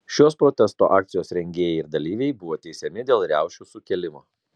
šios protesto akcijos rengėjai ir dalyviai buvo teisiami dėl riaušių sukėlimo